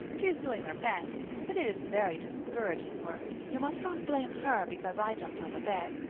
she is doing her best, but it is very discouraging work. you must not blame her because i jumped on the bed.